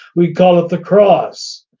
we call it the cross.